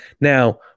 Now